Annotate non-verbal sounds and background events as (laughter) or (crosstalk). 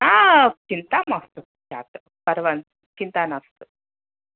हा चिन्ता मास्तु (unintelligible) पर्वा चिन्ता मास्तु